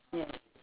yes